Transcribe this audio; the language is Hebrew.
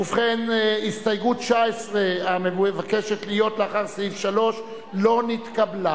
ההסתייגות של חברת הכנסת שלי יחימוביץ ושל קבוצת